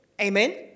Amen